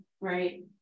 right